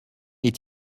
est